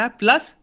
plus